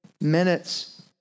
minutes